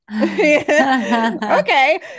Okay